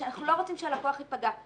אנחנו לא רוצים שהלקוח ייפגע.